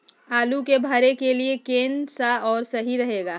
आलू के भरे के लिए केन सा और सही रहेगा?